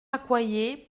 accoyer